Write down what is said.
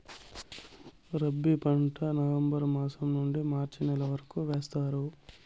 రబీ పంట నవంబర్ మాసం నుండీ మార్చి నెల వరకు వేస్తారు